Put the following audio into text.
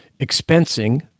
expensing